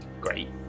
great